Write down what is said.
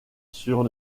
sur